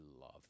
love